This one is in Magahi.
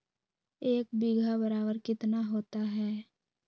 एक बीघा बराबर कितना होता है?